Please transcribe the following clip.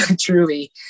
Truly